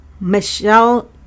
Michelle